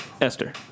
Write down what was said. Esther